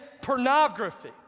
pornography